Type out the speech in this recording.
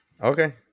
Okay